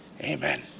Amen